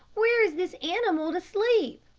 where is this animal to sleep?